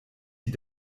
die